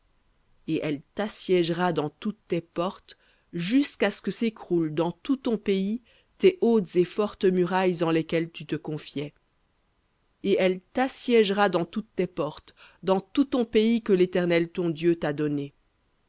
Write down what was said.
et elle t'assiégera dans toutes tes portes jusqu'à ce que s'écroulent dans tout ton pays tes hautes et fortes murailles en lesquelles tu te confiais et elle t'assiégera dans toutes tes portes dans tout ton pays que l'éternel ton dieu t'a donné